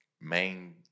main